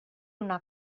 una